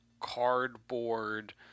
cardboard